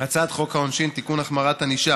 הצעת חוק העונשין (תיקון, החמרת ענישה